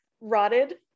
Rotted